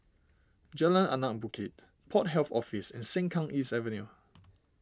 Jalan Anak Bukit Port Health Office and Sengkang East Avenue